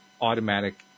automatic